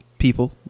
People